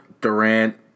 Durant